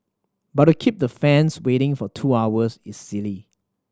but to keep the fans waiting for two hours is silly